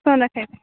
phone रखैत छी